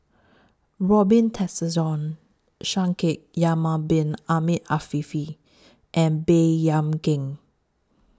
Robin Tessensohn Shaikh Yahya Bin Ahmed Afifi and Baey Yam Keng